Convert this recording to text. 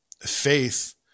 faith